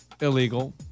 illegal